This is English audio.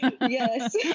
Yes